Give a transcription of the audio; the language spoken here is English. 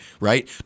right